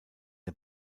der